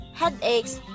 headaches